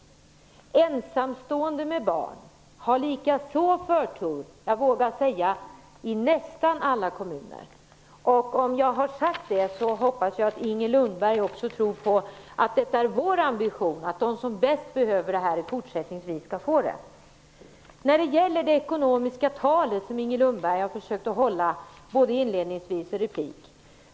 Barn till ensamstående har likaså förtur i, vågar jag säga, nästan alla kommuner. Jag hoppas att Inger Lundberg också tror på att det är vår ambition att de som bäst behöver plats fortsättningsvis skall få det. Inger Lundberg har försökt tala om ekonomi både inledningsvis och i replik.